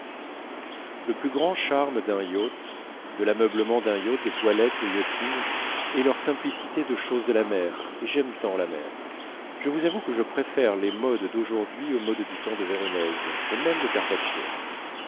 le plus grand charme d'un yacht de l'ameublement d'un yacht des toilettes de yachting est leur simplicité de choses de la mer et j'aime tant la mer je vous avoue que je préfère les modes d'aujourd'hui aux modes du temps de véronèse et même de carpaccio